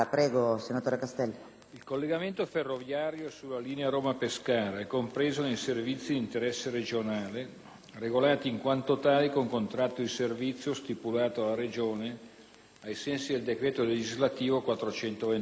il collegamento ferroviario sulla linea Roma-Pescara è compreso nei servizi di interesse regionale regolati, in quanto tali, con contratto di servizio stipulato dalla Regione ai sensi del decreto legislativo n.